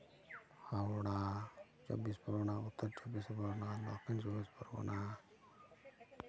ᱦᱟᱣᱲᱟ ᱪᱚᱵᱽᱵᱤᱥ ᱯᱚᱨᱜᱚᱱᱟ ᱩᱛᱛᱚᱨ ᱪᱚᱵᱽᱵᱤᱥ ᱯᱚᱨᱜᱚᱱᱟ ᱫᱚᱠᱠᱷᱤᱱ ᱪᱚᱵᱽᱵᱤᱥ ᱯᱚᱨᱜᱚᱱᱟ